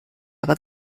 aber